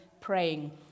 praying